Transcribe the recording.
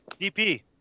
DP